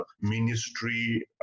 ministry